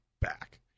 back